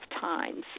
times